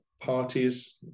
parties